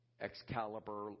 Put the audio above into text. Excalibur